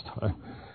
time